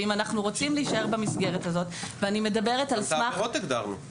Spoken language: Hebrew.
ואם אנחנו רוצים להישאר במסגרת הזאת --- גם את ההגדרות הגדרנו.